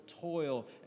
toil